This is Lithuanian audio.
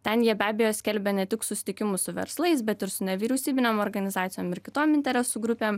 ten jie be abejo skelbia ne tik susitikimus su verslais bet ir su nevyriausybinėm organizacijom ir kitom interesų grupėm